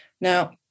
Now